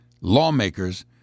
lawmakers